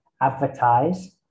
advertise